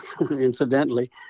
incidentally